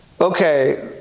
okay